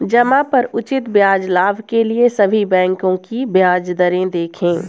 जमा पर उचित ब्याज लाभ के लिए सभी बैंकों की ब्याज दरें देखें